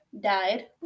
died